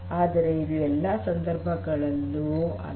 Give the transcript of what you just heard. ಆದರೆ ಇದು ಎಲ್ಲಾ ಸಂದರ್ಭಗಳಲ್ಲಿ ಅಲ್ಲ